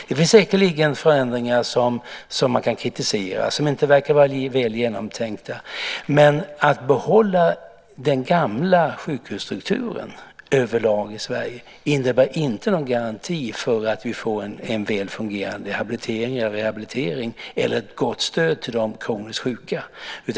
Det finns säkerligen förändringar som man kan kritisera och som inte verkar vara väl genomtänkta, men att behålla den gamla sjukhusstrukturen överlag i Sverige innebär inte någon garanti för att vi får en väl fungerande habilitering eller rehabilitering eller ett gott stöd till de kroniskt sjuka.